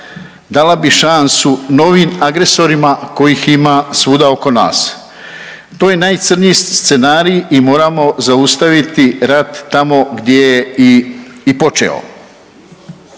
dala bi šansu novim agresorima kojih ima svuda oko nas. To je najcrnji scenarij i moramo zaustaviti rat tamo gdje je i počeo.